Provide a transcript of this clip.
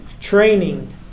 Training